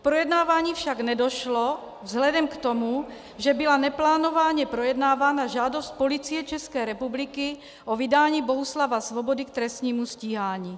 K projednávání však nedošlo vzhledem k tomu, že byla neplánovaně projednávána žádost Policie České republiky o vydání Bohuslava Svobody k trestnímu stíhání.